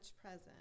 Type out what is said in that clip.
present